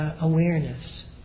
Awareness